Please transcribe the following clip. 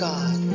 God